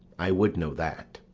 i would know that.